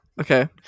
Okay